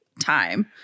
Time